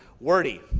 wordy